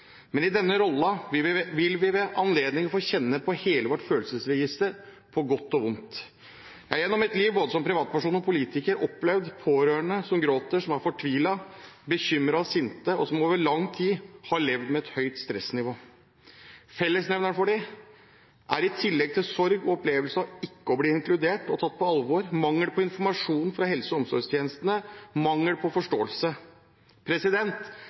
Men i denne rollen vil vi få anledning til å kjenne på hele vårt følelsesliv, på godt og vondt. Jeg har gjennom mitt liv, både som privatperson og som politiker, opplevd pårørende som gråter, som er fortvilet, bekymret og sinte, og som over lang tid har levd med et høyt stressnivå. Fellesnevneren for dem er, i tillegg til sorg, opplevelsen av ikke å bli inkludert og tatt på alvor, mangel på informasjon fra helse- og omsorgstjenestene og mangel på forståelse.